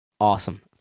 Awesome